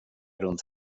runt